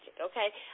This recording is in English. okay